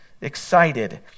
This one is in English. excited